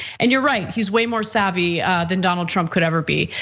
and you're right, he's way more savvy than donald trump could ever be.